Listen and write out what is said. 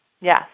Yes